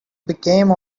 became